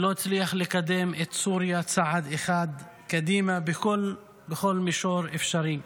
ולא הצליח לקדם את סוריה צעד אחד קדימה בכל מישור אפשרי.